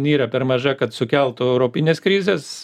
yra per maža kad sukeltų europines krizes